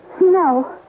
No